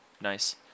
Nice